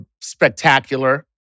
spectacular